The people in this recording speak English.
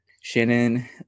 Shannon